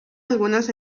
algunas